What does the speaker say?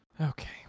Okay